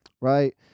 Right